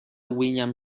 william